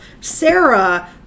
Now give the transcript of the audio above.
Sarah